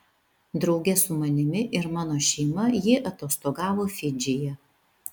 drauge su manimi ir mano šeima ji atostogavo fidžyje